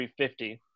350